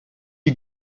you